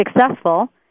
successful